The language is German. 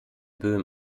böhm